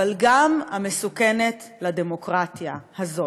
אבל גם המסוכנת לדמוקרטיה, הזאת,